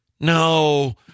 No